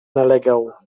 nalegał